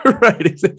Right